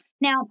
Now